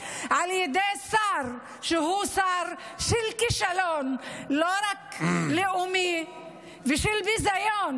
על ידי שר שהוא שר של כישלון לא רק לאומי ושל ביזיון,